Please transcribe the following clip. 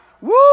Woo